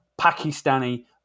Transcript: Pakistani